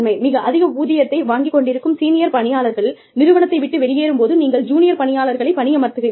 மிக அதிக ஊதியத்தை வாங்கிக் கொண்டிருக்கும் சீனியர் பணியாளர்கள் நிறுவனத்தை விட்டு வெளியேறும் போது நீங்கள் ஜூனியர் பணியாளர்களை பணியமர்த்துவீர்கள்